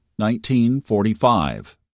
1945